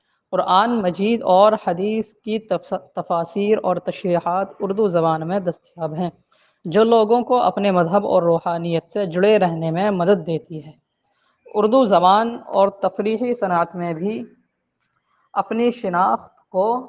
قرآن مجید اور حدیث کی تفاسیر اور تشریحات اردو زبان میں دستیاب ہیں جو لوگوں کو اپنے مذہب اور روحانیت سے جڑے رہنے میں مدد دیتی ہے اردو زبان اور تفریحی صنعت میں بھی اپنی شناخت کو